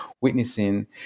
witnessing